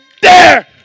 dare